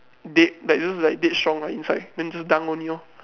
dead that's just like dead strong inside then just dunk one lor